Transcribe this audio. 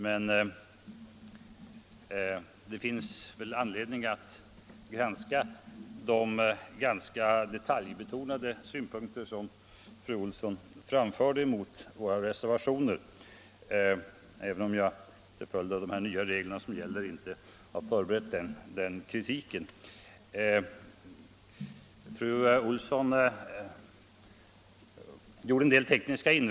Men det finns väl anledning att granska de ganska detaljbetonade synpunkter som fru Olsson framförde mot våra reservationer, även om jag — till följd av att jag inte hunnit vänja mig vid de nya debattreglerna — inte har förberett den repliken.